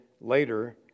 later